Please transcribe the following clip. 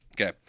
Okay